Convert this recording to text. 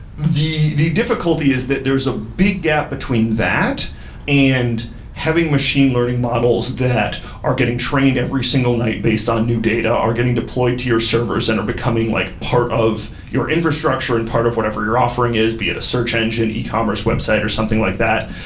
the the difficulty is that there's a big gap between that and having machine learning models that are getting trained every single night based on new data are getting deployed to your servers and are becoming like part of your infrastructure and part of whatever you're offering is, be it a search engine, e-commerce website or something like that.